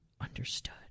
understood